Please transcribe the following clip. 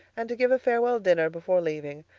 and to give a farewell dinner before leaving,